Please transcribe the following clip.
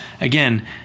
again